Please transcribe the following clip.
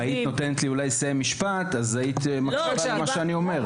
אם היית נותנת לי אולי לסיים משפט אז היית מקשיבה למה שאני אומר.